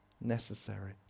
necessary